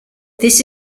this